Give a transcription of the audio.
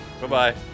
bye-bye